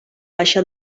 baixa